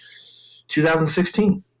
2016